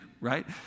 right